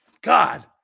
God